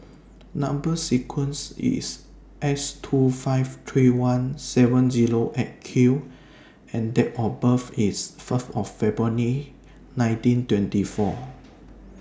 Number sequence IS S two five three one seven Zero eight Q and Date of birth IS First of February nineteen twenty four